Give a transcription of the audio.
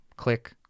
Click